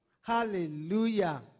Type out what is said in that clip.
Hallelujah